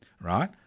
right